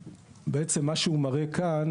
בעצם מה שהוא מראה כאן,